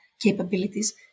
capabilities